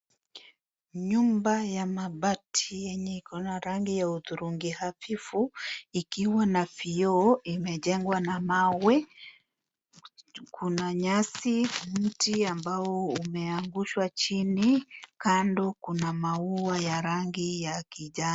Nyumba ya bamati yenye iko na rangi ya udhurungi hafifu, ikiwa na vioo. Imejengwa na mawe, kuna nyasi, mti ambao umeangushwa chini. Kando, kuna maua ya rangi ya kijani.